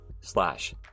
slash